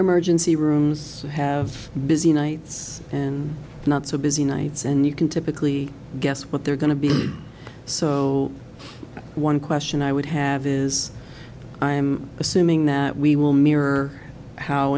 emergency rooms have busy nights and not so busy nights and you can typically guess what they're going to be so one question i would have is i'm assuming that we will mirror how